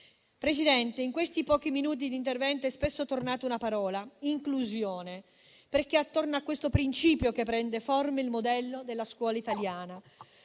Presidente, in questi pochi minuti di intervento è spesso tornata la parola «inclusione», perché è attorno a questo principio che prende forma il modello della scuola italiana;